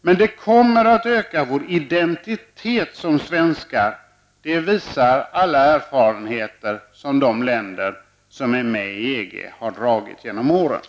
Men det kommer att öka vår identitet som svenskar, det visar alla erfarenheter som man fått under åren i de länder som är medlemmar i EG.